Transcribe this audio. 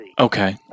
Okay